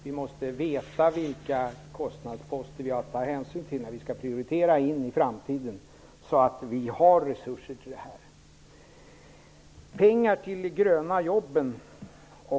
Vi måste veta vilka kostnadsposter vi har att ta hänsyn till när vi skall prioritera så att vi har resurser till detta i framtiden.